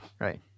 Right